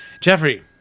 Jeffrey